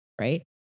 Right